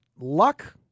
luck